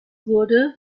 wurde